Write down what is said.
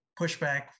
pushback